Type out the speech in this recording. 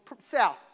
south